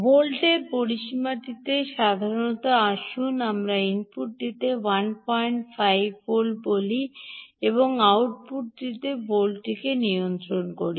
ভল্টের পরিসীমাটিতে সাধারণত আসুন আমরা ইনপুটটিতে 15 ভোল্ট বলি এবং আউটপুটটিতে 1 ভোল্টকে নিয়ন্ত্রিত করি